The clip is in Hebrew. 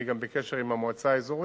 אני גם בקשר עם המועצה האזורית,